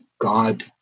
God